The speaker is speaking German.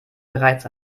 bereits